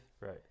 Right